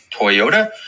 Toyota